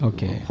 Okay